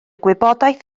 gwybodaeth